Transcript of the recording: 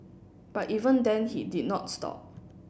but even then he did not stop